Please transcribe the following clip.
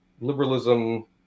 liberalism